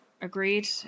Agreed